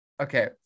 Okay